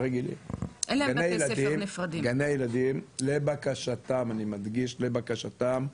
הרגילים, גני הילדים לבקשתם, אני מדגיש לבקשתם,